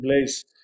place